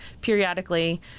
periodically